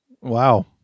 Wow